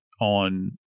on